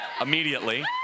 immediately